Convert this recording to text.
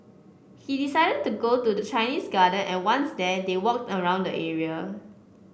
he decided to go to the Chinese Garden and once there they walked around the area